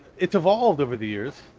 it's evolved over the years.